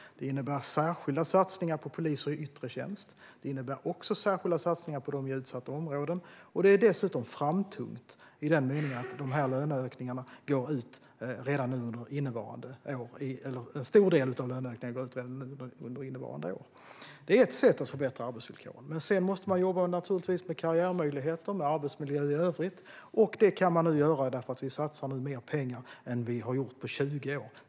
Det innebär särskilda satsningar på poliser i yttre tjänst. Det innebär också särskilda satsningar på poliser i utsatta områden. Löneavtalet är dessutom framtungt i den meningen att en stor del av dessa löneökningar sker under innevarande år. Detta är ett sätt att förbättra arbetsvillkoren. Sedan måste man naturligtvis jobba med karriärmöjligheter och med arbetsmiljön i övrigt. Det kan man göra eftersom vi nu satsar mer pengar på svensk polis än vad vi har gjort på 20 år.